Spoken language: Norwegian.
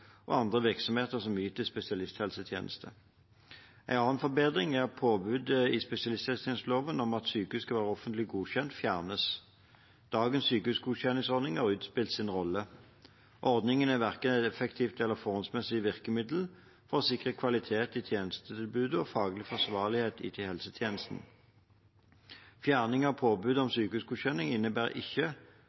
og andre virksomheter som yter spesialisthelsetjeneste. En annen forbedring er at påbudet i spesialisthelsetjenesteloven om at sykehus skal være offentlig godkjent, fjernes. Dagens sykehusgodkjenningsordning har utspilt sin rolle. Ordningen er verken effektiv eller forholdsmessig i virkemidler for å sikre kvalitet i tjenestetilbudet og faglig forsvarlighet i helsetjenesten. Fjerning av påbudet om sykehusgodkjenning innebærer ikke